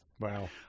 wow